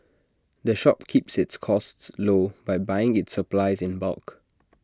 the shop keeps its costs low by buying its supplies in bulk